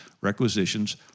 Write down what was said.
requisitions